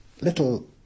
little